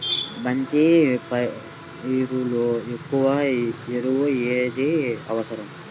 బంతి పైరులో ఎక్కువ ఎరువు ఏది అవసరం?